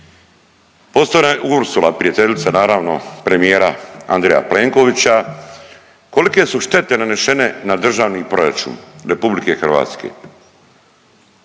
razumije./…Ursula prijateljica naravno premijera Andreja Plenkovića, kolike su štete nanešene na Državni proračun RH?